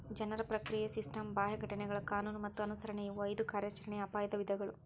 ಜನರ ಪ್ರಕ್ರಿಯೆಯ ಸಿಸ್ಟಮ್ ಬಾಹ್ಯ ಘಟನೆಗಳ ಕಾನೂನು ಮತ್ತ ಅನುಸರಣೆ ಇವು ಐದು ಕಾರ್ಯಾಚರಣೆಯ ಅಪಾಯದ ವಿಧಗಳು